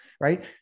Right